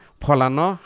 polano